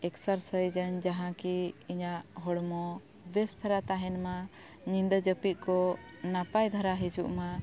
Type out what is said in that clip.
exercise ᱟᱹᱧ ᱡᱟᱦᱟᱸ ᱠᱤ ᱤᱧᱟᱹᱜ ᱦᱚᱲᱢᱚ ᱵᱮᱥ ᱫᱷᱟᱨᱟ ᱛᱟᱦᱮᱱᱢᱟ ᱧᱤᱫᱟᱹ ᱡᱟᱹᱯᱤᱫ ᱠᱚ ᱱᱟᱯᱟᱭ ᱫᱷᱟᱨᱟ ᱦᱤᱡᱩᱜᱼᱢᱟ